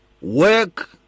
work